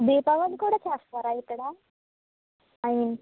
దీపావళి కూడా చేస్తారా ఇక్కడ ఐమీన్